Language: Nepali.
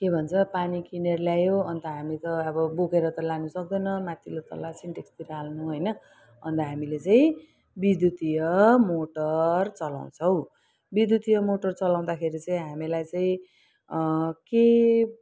के भन्छ पानी किनेर ल्यायो अन्त हामी त अब बोकेर त लानु सक्दैन माथिल्लो तला सिन्टेक्सतिर हाल्नु होइन अन्त हामीले चाहिँ विद्धुतीय मोटर चलाउँछौँ विद्धुतीय मोटर चलाउँदाखेरि चाहिँ हामीलाई चाहिँ के